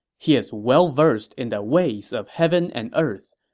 he is well-versed in the ways of heaven and earth.